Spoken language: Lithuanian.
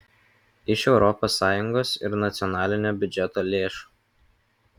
iš europos sąjungos ir nacionalinio biudžeto lėšų